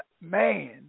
man